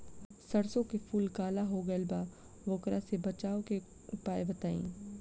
सरसों के फूल काला हो गएल बा वोकरा से बचाव के उपाय बताई?